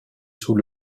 sous